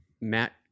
Matt